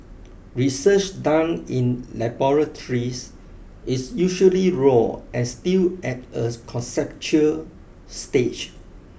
research done in laboratories is usually raw and still at a conceptual stage